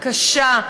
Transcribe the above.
הקשה,